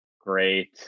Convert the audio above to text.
Great